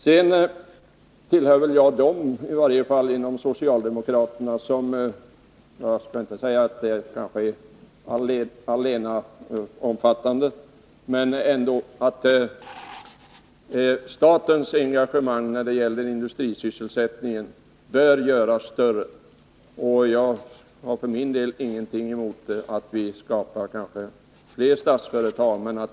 Jag tillhör väl dem bland socialdemokraterna som anser att statens engagemang när det gäller industrisysselsättningen bör bli större. För min del har jag ingenting emot att vi skapar fler statsföretag.